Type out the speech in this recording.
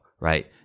right